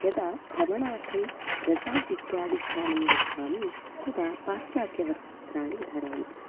यदा भ्रमणार्थं रेसोर्ट् इत्यादि स्थानं गच्छामि तदा पाश्चात्यवस्त्राणि धरामि